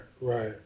right